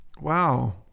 wow